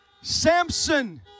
Samson